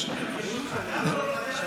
למה לא לוותר על הפגרה?